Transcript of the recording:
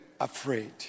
afraid